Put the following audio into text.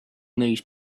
these